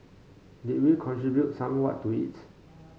did we contribute somewhat to it